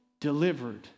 delivered